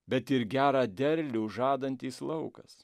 bet ir gerą derlių žadantis laukas